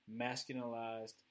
masculinized